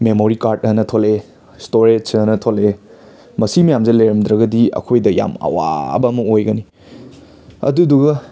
memory card ꯑꯅ ꯊꯣꯛꯂꯛꯑꯦ storage ꯑꯅ ꯊꯣꯛꯂꯛꯑꯦ ꯃꯁꯤ ꯃꯌꯥꯝꯁꯦ ꯂꯩꯔꯝꯗ꯭ꯔꯒꯗꯤ ꯑꯩꯈꯣꯏꯗ ꯌꯥꯝ ꯑꯋꯥꯕ ꯑꯃ ꯑꯣꯏꯒꯅꯤ ꯑꯗꯨꯗꯨꯒ